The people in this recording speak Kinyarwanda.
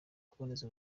kuboneza